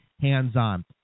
hands-on